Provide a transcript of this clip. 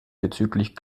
bezüglich